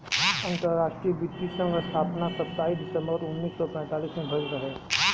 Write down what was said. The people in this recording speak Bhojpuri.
अंतरराष्ट्रीय वित्तीय संघ स्थापना सताईस दिसंबर उन्नीस सौ पैतालीस में भयल रहे